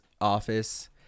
office